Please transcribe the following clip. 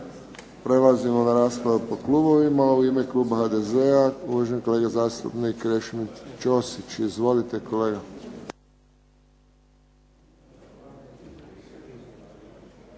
Prelazimo na raspravu po klubovima. U ime kluba HDZ-a uvaženi zastupnik Krešimir Ćosić. Izvolite, kolega.